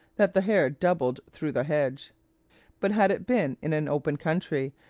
that the hare doubled through the hedge but had it been in an open country,